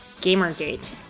Gamergate